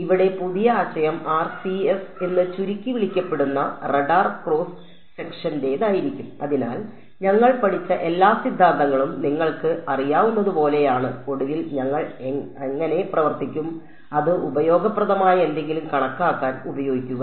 ഇവിടെ പുതിയ ആശയം RCS എന്ന് ചുരുക്കി വിളിക്കപ്പെടുന്ന റഡാർ ക്രോസ് സെക്ഷന്റേതായിരിക്കും അതിനാൽ ഞങ്ങൾ പഠിച്ച എല്ലാ സിദ്ധാന്തങ്ങളും നിങ്ങൾക്ക് അറിയാവുന്നതുപോലെയാണ് ഒടുവിൽ ഞങ്ങൾ എങ്ങനെ പ്രവർത്തിക്കും അത് ഉപയോഗപ്രദമായ എന്തെങ്കിലും കണക്കാക്കാൻ ഉപയോഗിക്കുക